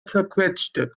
zerquetschte